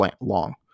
long